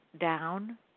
down